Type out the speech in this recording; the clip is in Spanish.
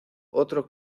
otro